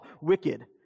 wicked